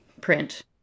print